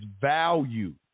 value